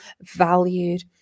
valued